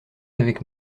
avec